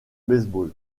baseball